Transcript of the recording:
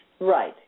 right